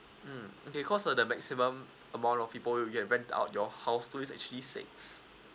mm okay cause err the maximum amount of people you will get rent out your house to is actually six